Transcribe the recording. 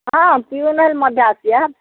ହଁ ପିଓନଲ